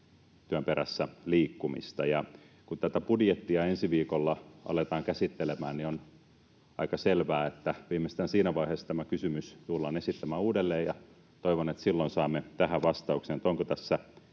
työn perässä liikkumista. Ja kun tätä budjettia ensi viikolla aletaan käsittelemään, on aika selvää, että viimeistään siinä vaiheessa tämä kysymys tullaan esittämään uudelleen, ja toivon, että silloin saamme tähän vastauksen, onko tässä